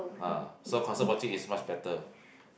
ah so concert watching is much better